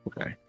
Okay